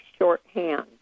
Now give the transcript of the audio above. shorthand